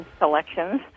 selections